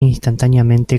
instantáneamente